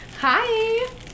hi